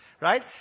right